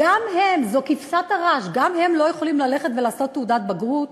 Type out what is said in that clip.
זאת כבשת הרש, גם הם לא יכולים לעשות תעודת בגרות?